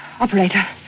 Operator